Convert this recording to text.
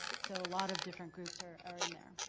so a lot of different groups are are in there.